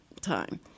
time